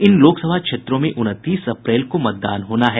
इन लोकसभा क्षेत्रों में उनतीस अप्रैल को मतदान होना है